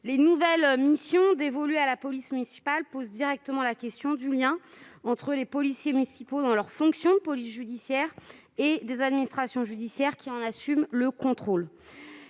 Les nouvelles missions dévolues à la police municipale posent directement la question du lien entre les policiers municipaux, dans leurs fonctions de police judiciaire, et les administrations judiciaires qui en assument le contrôle.